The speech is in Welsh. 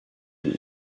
mwyn